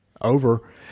over